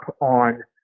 on